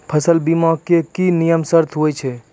फसल बीमा के की नियम सर्त होय छै?